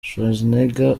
schwarzenegger